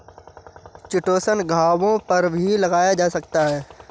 chitosan घावों पर भी लगाया जा सकता है